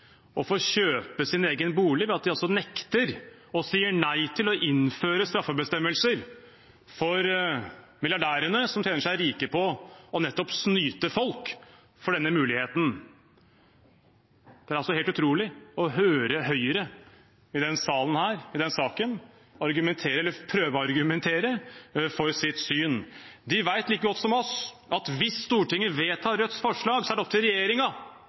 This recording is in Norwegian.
å få kjøpe sin egen bolig ved at de nekter og sier nei til å innføre straffebestemmelser for milliardærene, som tjener seg rike på nettopp å snyte folk for denne muligheten? Det er helt utrolig å høre Høyre i denne salen i denne saken argumentere – eller prøve å argumentere – for sitt syn. De vet like godt som oss at hvis Stortinget vedtar Rødts representantforslag, er det